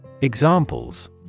Examples